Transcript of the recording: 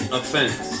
offense